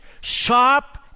sharp